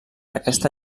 aquesta